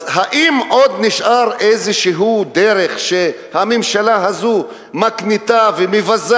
אז האם עוד נשארה איזושהי דרך שהממשלה הזאת מקניטה ומבזה